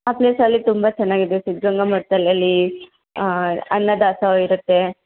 ಆ ಪ್ಲೇಸಲ್ಲಿ ತುಂಬ ಚೆನ್ನಾಗಿದೆ ಸಿದ್ಧಗಂಗಾ ಮಠ್ದಲ್ಲಿ ಅಲ್ಲಿ ಅನ್ನ ದಾಸೋಹ ಇರುತ್ತೆ